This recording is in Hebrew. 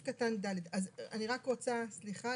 אני רוצה להבהיר,